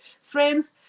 friends